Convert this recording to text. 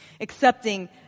Accepting